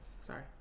Sorry